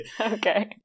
Okay